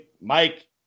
Mike